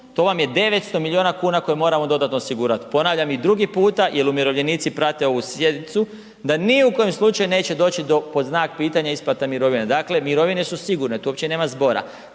to vam je 900 milijuna kuna koje moramo dodatno osigurati. Ponavljam i drugi puta jer umirovljenici prate ovu sjednicu, da ni u kojem slučaju neće doći pod znak pitanje isplata mirovina. Dakle, mirovine su sigurne, to uopće nema zbora.